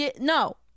no